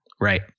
Right